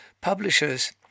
Publishers